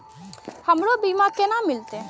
हमरो बीमा केना मिलते?